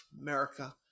America